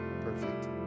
perfect